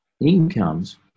incomes